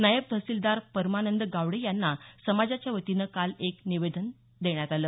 नायब तहसीलदार परमानंद गावडे यांना समाजाच्या वतीनं काल एक निवेदन सादर करण्यात आलं